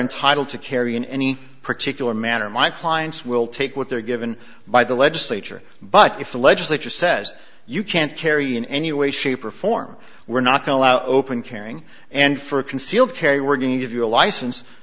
entitled to carry in any particular manner my clients will take what they're given by the legislature but if the legislature says you can't carry in any way shape or form we're not going to allow open caring and for concealed carry we're going to give you a license